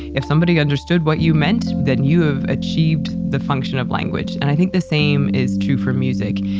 if somebody understood what you meant, then you have achieved the function of language, and i think the same is true for music.